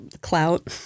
clout